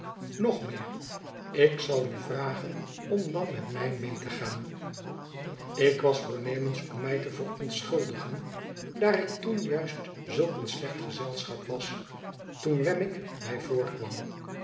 nog meer ik zal u vragen om dan met mij mee te gaan ik was voornemens om mij te verontschuldigen daar ik toen juist zulk een slecht gezelschap was toen wemmick mij voorkwam